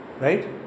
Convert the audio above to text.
Right